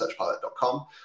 searchpilot.com